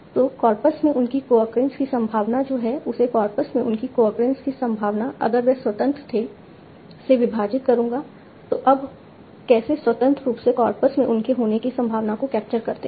तो कॉर्पस में उनकी कोअक्रेंस की संभावना जो है उसे कॉर्पस में उनकी कोअक्रेंस की संभावना अगर वे स्वतंत्र थे से विभाजित करूंगा तो अब हम कैसे स्वतंत्र रूप से कॉर्पस में उनके होने की संभावना को कैप्चर करते हैं